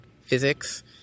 physics